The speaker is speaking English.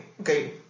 okay